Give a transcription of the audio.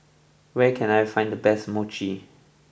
where can I find the best Mochi